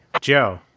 Joe